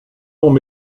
longs